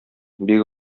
бик